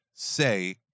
Say